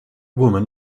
woman